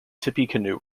tippecanoe